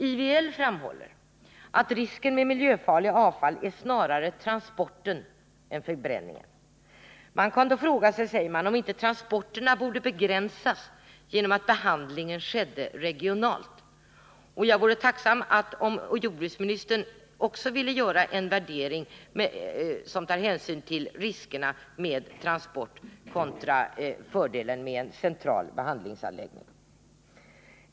IVL framhåller att risken med miljöfarliga avfall är snarare transporten än förbränningen. Man kan då fråga sig, säger man, om inte transporterna borde begränsas genom att behandlingen skedde regionalt. Jag vore tacksam om jordbruksministern också ville göra en värdering som tar hänsyn till riskerna med transporter kontra fördelen med en central behandlingsanläggning.